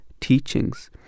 teachings